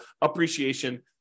appreciation